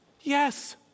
Yes